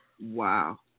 Wow